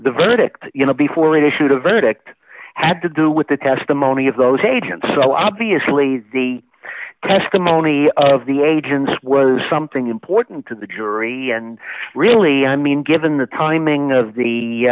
the verdict you know before it issued a verdict had to do with the testimony of those agents so obviously the testimony of the agents was something important to the jury and really i mean given the timing of